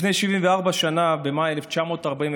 לפני 74 שנה, במאי 1945,